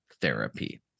therapy